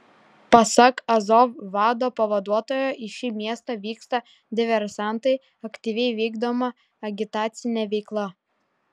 pasak azov vado pavaduotojo į šį miestą vyksta diversantai aktyviai vykdoma agitacinė veikla